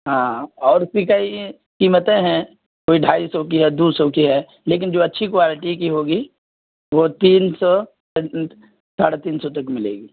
ہاں اور بھی کئی قیمتیں ہیں کوئی ڈھائی سو کی ہے دو سو کی ہے لیکن جو اچھی کوالٹی کی ہوگی وہ تین سو ساڑھے تین سو تک ملے گی